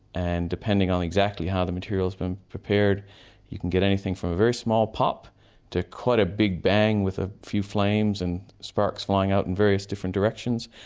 and depending on exactly how the material's been prepared you can get anything from a very small pop to quite a big bang with a few flames and sparks flying out in various different directions.